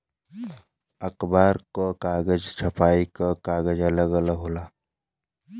अखबार क कागज, छपाई क कागज अलग अलग होवेला